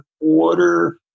order